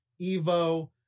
EVO